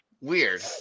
weird